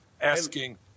asking